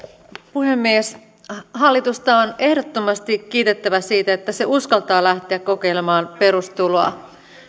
puhemies hallitusta on ehdottomasti kiitettävä siitä että se uskaltaa lähteä kokeilemaan perustuloa